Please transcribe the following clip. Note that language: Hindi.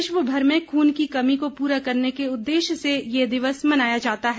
विश्वभर में खून की कमी को पूरा करने के उद्देश्य से ये दिवस मनाया जाता है